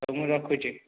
ହଉ ମୁଁ ରଖୁଛି